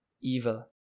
evil